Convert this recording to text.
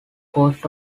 coast